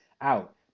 out